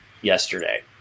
yesterday